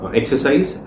exercise